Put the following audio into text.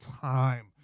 time